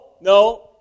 no